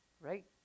Right